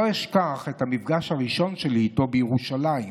לא אשכח את המפגש הראשון שלי איתו בירושלים,